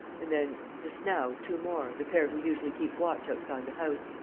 and then, just now, two more, the pair who usually keep watch outside the house.